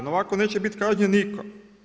Ovako neće biti kažnjen nitko.